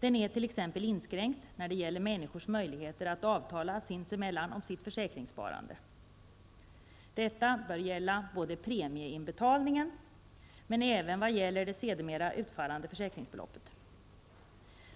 Den är t.ex. inskränkt när det gäller människors möjligheter att avtala sinsemellan om sitt försäkringssparande. Avtalsrätten bör gälla premieinbetalningen, men även det sedermera utfallande försäkringsbeloppet.